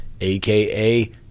aka